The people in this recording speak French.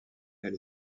elle